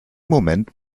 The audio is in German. moment